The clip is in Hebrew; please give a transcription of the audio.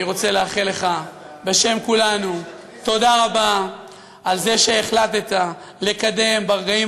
אני רוצה לאחל לך בשם כולנו תודה רבה על זה שהחלטת לקדם ברגעים